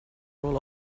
roll